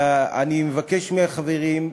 אני מבקש מהחברים,